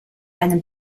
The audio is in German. einem